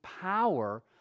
power